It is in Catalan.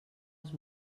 els